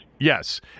Yes